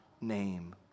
name